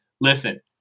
listen